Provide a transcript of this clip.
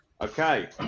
Okay